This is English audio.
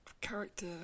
character